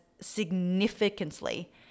significantly